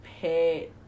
pet